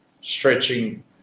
stretching